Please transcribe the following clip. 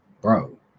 bro